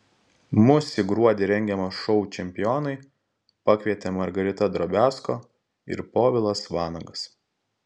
mus į gruodį rengiamą šou čempionai pakvietė margarita drobiazko ir povilas vanagas